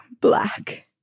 black